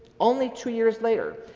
only two years later,